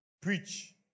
Preach